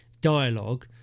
dialogue